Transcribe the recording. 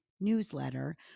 newsletter